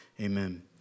amen